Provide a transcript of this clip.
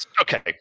Okay